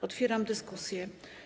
Otwieram dyskusję.